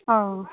आं